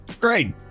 Great